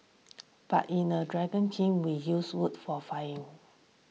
but in a dragon kiln we use wood for firing